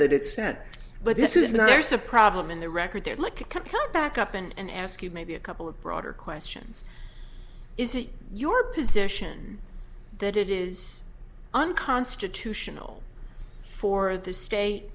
that it sent but this is not there's a problem in the record there like to come back up and ask you maybe a couple of broader questions is it your position that it is unconstitutional for the state